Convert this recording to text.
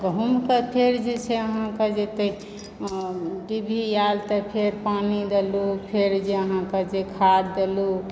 गहुँमके फेर जे छै से अहाँकेँ जते डिभी आएल तऽ फेर पानि देलहुँ फेर जे अहाँकेँ जे खाद्य देलहुँ